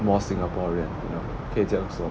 more singaporean you know 可以这样说